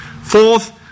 Fourth